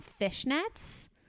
fishnets